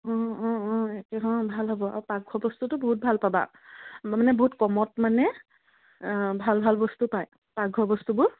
একেখন ভাল হ'ব আৰু পাকঘৰ বস্তুটো বহুত ভাল পাবা মানে বহুত কমত মানে ভাল ভাল বস্তু পায় পাকঘৰ বস্তুবোৰ